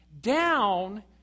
down